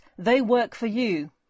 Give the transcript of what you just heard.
TheyWorkForYou